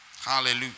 Hallelujah